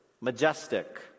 majestic